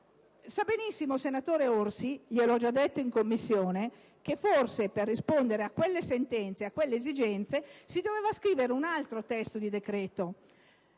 sa benissimo (e gliel'ho già detto in Commissione) che forse, per rispondere a quelle sentenze e a quelle esigenze, si doveva scrivere un altro testo di decreto